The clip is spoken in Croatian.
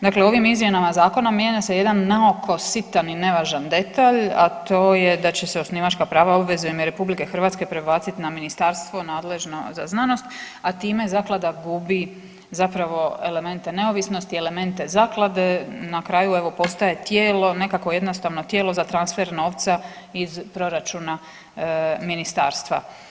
Dakle, ovim izmjenama zakona mijenja se jedan naoko sitan i nevažan detalj, a to je da će se osnivačka prava i obveze u ime RH prebaciti na ministarstvo nadležno za znanost, a time zaklada gubi zapravo elemente neovisnosti i elemente zaklade na kraju evo postaje tijelo, nekakvo jednostavno tijelo za transfer novca iz proračuna ministarstva.